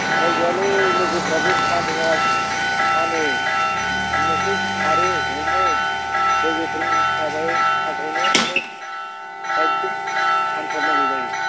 उफाय गैयालै लोगोफ्राबो फानहोवा फानो फाननोसो सारो हमो लोगोफोरनि थाफावनो माने एकदम फानथारनांगौ जायो